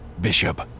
Bishop